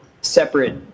separate